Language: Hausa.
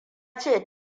ce